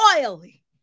oily